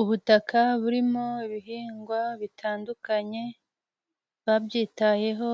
Ubutaka burimo ibihingwa bitandukanye babyitayeho,